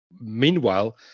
Meanwhile